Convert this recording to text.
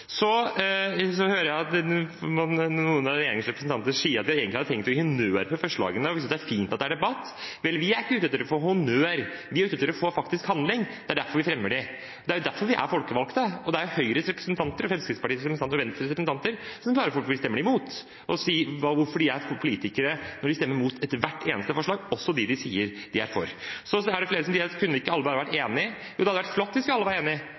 hører at noen av regjeringens representanter sier at de egentlig hadde tenkt å gi honnør for forslagene, og at de synes det er fint at det er debatt. Vel, vi er ikke ute etter å få honnør. Vi er ute etter faktisk handling. Det er derfor vi fremmer dem. Det er derfor vi er folkevalgte. Og det er Høyres representanter, Fremskrittspartiets representanter og Venstres representanter som må forklare hvorfor de stemmer imot, og si hvorfor de er politikere når de stemmer imot hvert eneste forslag, også dem som de sier de er for. Flere sier: Kunne ikke alle bare vært enig? Jo, det hadde vært flott hvis vi alle var enig.